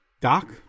Doc